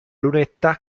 lunetta